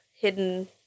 hidden